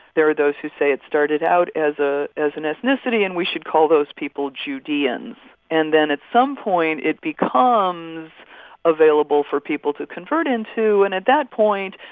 there are those who say it started out as ah as an ethnicity and we should call those people judeans. and then at some point, it becomes available for people to convert and into. and at that point,